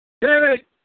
David